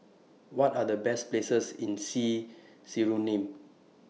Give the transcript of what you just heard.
What Are The Best Places in See Suriname